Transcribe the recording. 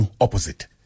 opposite